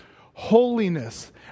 holiness